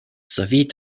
sowie